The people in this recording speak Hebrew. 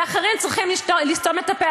ואחרים צריכים לסתום את הפה.